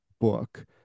book